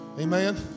amen